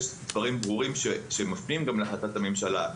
יש דברים ברורים שמשפיעים על החלטת הממשלה,